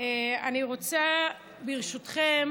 אני רוצה, ברשותכם